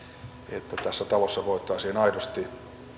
että tässä talossa voitaisiin aidosti